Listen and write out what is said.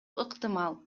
ыктымал